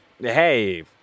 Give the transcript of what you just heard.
hey